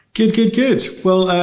good, good, good. well,